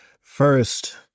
First